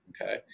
Okay